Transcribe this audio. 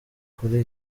kuri